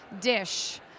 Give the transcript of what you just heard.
dish